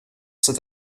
cet